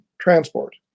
transport